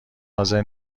حاضر